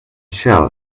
shell